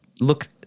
look